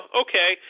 okay